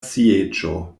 sieĝo